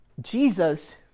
Jesus